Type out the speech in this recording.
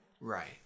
right